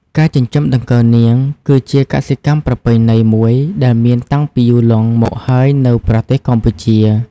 ការចិញ្ចឹមដង្កូវនាង គឺជាកសិកម្មប្រពៃណីមួយដែលមានតាំងពីយូរលង់មកហើយនៅប្រទេសកម្ពុជា។